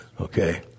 Okay